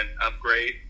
upgrade